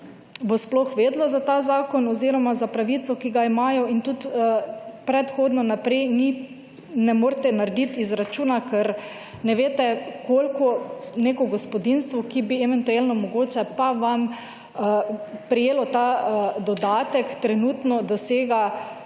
bo sploh vedelo za ta zakon oziroma za pravico, ki ga imajo in tudi predhodno v naprej ne morete narediti izračuna, ker ne veste koliko neko gospodinjstvo, ki bi eventualno mogoče pa vam prejelo ta dodatek trenutno dosega